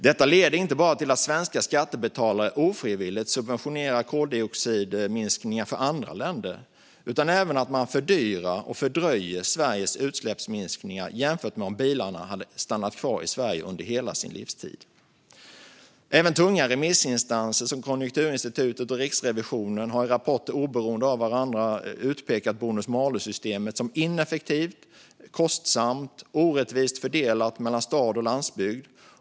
Detta leder inte bara till att svenska skattebetalare ofrivilligt subventionerar koldioxidminskningar för andra länder utan även till att man fördyrar och fördröjer Sveriges utsläppsminskningar jämfört med om bilarna hade stannat kvar i Sverige under hela sin livstid. Även tunga remissinstanser som Konjunkturinstitutet och Riksrevisionen har i rapporter oberoende av varandra utpekat bonus malus-systemet som ineffektivt, kostsamt och orättvist fördelat mellan stad och landsbygd.